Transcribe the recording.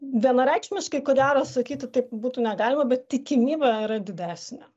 vienareikšmiškai ko gero sakyti taip būtų negalima bet tikimybė yra didesnė